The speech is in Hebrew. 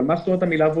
מה זאת אומרת וולונטרי?